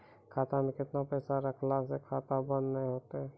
खाता मे केतना पैसा रखला से खाता बंद नैय होय तै?